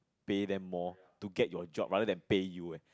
pay them more to get your job rather pay you eh